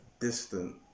distant